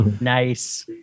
Nice